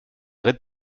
red